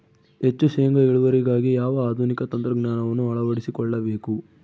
ಹೆಚ್ಚು ಶೇಂಗಾ ಇಳುವರಿಗಾಗಿ ಯಾವ ಆಧುನಿಕ ತಂತ್ರಜ್ಞಾನವನ್ನು ಅಳವಡಿಸಿಕೊಳ್ಳಬೇಕು?